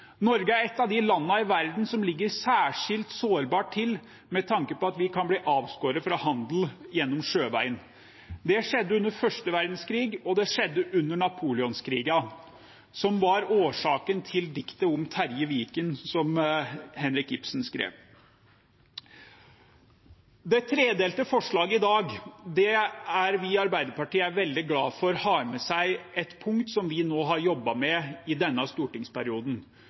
Norge er et av de landene i verden som ligger særskilt sårbart til, med tanke på at vi kan bli avskåret fra handel gjennom sjøveien. Det skjedde under første verdenskrig, og det skjedde under Napoleonskrigene, som var årsaken til diktet om Terje Vigen, som Henrik Ibsen skrev. Det tredelte forslaget i dag er vi i Arbeiderpartiet veldig glad for at har med seg et punkt som vi har jobbet med nå i denne stortingsperioden.